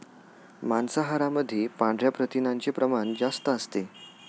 मांसाहारामध्ये पांढऱ्या प्रथिनांचे प्रमाण जास्त असते